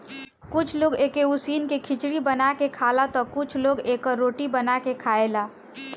कुछ लोग एके उसिन के खिचड़ी बना के खाला तअ कुछ लोग एकर रोटी बना के खाएला